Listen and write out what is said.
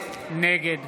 נגד